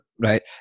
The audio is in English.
Right